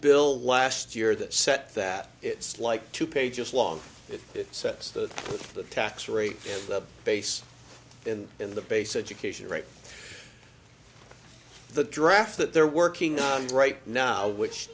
bill last year that set that it's like two pages long if it sets that the tax rate in the base and in the base education right the draft that they're working on right now which